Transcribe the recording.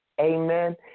Amen